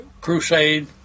crusade